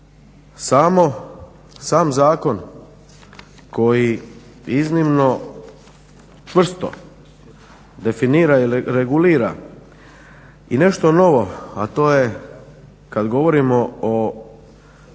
Sam zakon koji iznimno čvrsto definira i regulira i nešto novo, a to je kada govorimo o